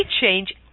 change